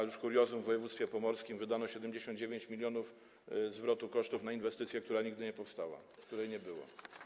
A już kuriozum - w województwie pomorskim wydano 79 mln tytułem zwrotu kosztów na inwestycję, która nigdy nie powstała, której nie było.